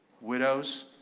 widows